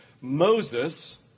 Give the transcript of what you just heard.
Moses